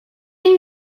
line